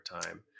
time